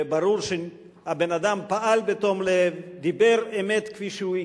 אף-על-פי שהם רופאים בישראל הם תובעים את הדבר הזה במדינה כמו צרפת,